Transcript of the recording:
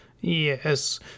Yes